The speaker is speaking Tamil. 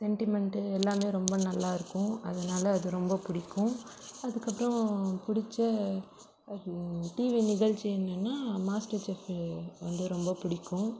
சென்டிமென்ட்டு எல்லாமே ரொம்ப நல்லாருக்கும் அதனால் அது ரொம்ப பிடிக்கும் அதற்கப்றம் பிடிச்ச அது டிவி நிகழ்ச்சி என்னன்னா மாஸ்டர் செஃப் வந்து ரொம்ப பிடிக்கும்